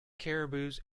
caribous